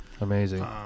Amazing